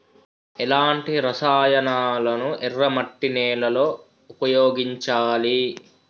ఎలాంటి రసాయనాలను ఎర్ర మట్టి నేల లో ఉపయోగించాలి?